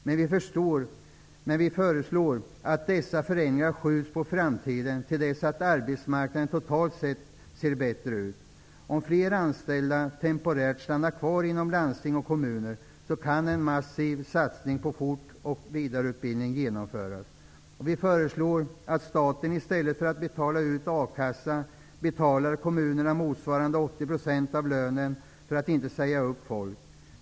Men vi föreslår att dessa förändringar skjuts på framtiden till dess att arbetsmarknaden totalt sett ser bättre ut. Om fler anställda temporärt stannar kvar inom landsting och kommuner kan en massiv satsning på fort och vidareutbildning genomföras. Vi föreslår att staten, i stället för att betala ut a-kassa, betalar kommunerna motsvarande 80 % av lönen för att inte säga upp folk.